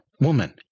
woman